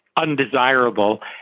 undesirable